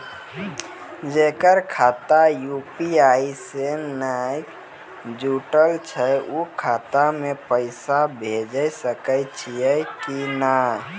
जेकर खाता यु.पी.आई से नैय जुटल छै उ खाता मे पैसा भेज सकै छियै कि नै?